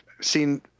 seen